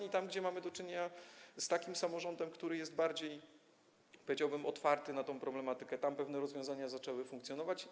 I tam, gdzie mamy do czynienia z samorządem, który jest bardziej - powiedziałbym - otwarty na tę problematykę, tam pewne rozwiązania zaczęły funkcjonować.